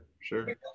sure